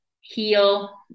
heal